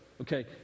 Okay